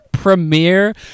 premiere